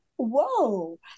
whoa